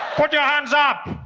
put your hands up!